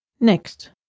Next